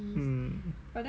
mm